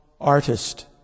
artist